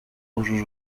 uru